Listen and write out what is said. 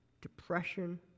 depression